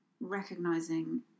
recognizing